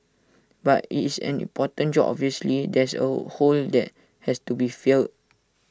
but IT is an important job obviously there's A hole that has to be filled